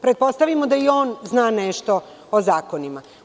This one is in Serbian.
Pretpostavimo da i on zna nešto o zakonima.